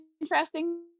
interesting